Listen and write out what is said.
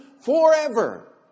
forever